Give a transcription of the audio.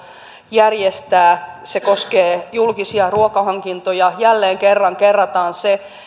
järjestää se koskee julkisia ruokahankintoja jälleen kerran kerrataan se